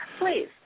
please